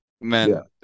Man